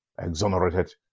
Exonerated